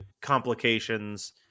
complications